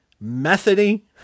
methody